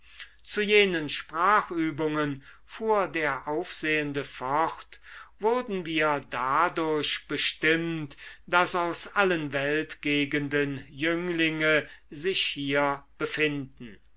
zu jenen sprachübungen fuhr der aufsehende fort wurden wir dadurch bestimmt daß aus allen weltgegenden jünglinge sich hier befinden